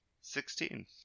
Sixteen